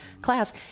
class